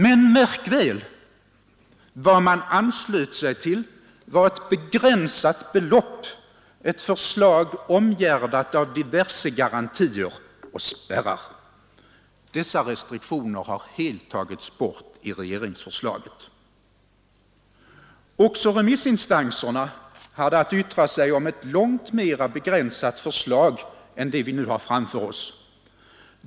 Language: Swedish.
Men märk väl, vad man anslöt sig till var ett begränsat belopp, ett förslag omgärdat av diverse garantier och spärrar. Dessa restriktioner har helt tagits bort i regeringsförslaget. Också remissinstanserna hade att yttra sig om ett långt mera begränsat förslag än det vi nu har framför oss.